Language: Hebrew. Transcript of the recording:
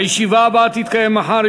הישיבה הבאה תתקיים מחר,